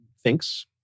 thinks